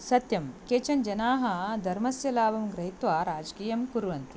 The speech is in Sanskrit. सत्यं केचन जनाः धर्मस्य लाभं गृहीत्वा राजकीयं कुर्वन्ति